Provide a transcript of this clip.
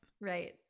Right